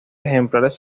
ejemplares